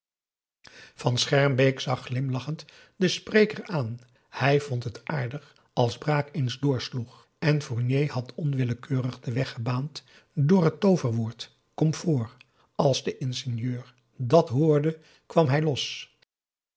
van schermbeek zag glimlachend den spreker aan hij vond het aardig als braak eens doorsloeg en fournier had onwillekeurig den weg gebaand door het tooverwoord comfort als de ingenieur dàt hoorde kwam hij los